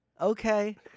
Okay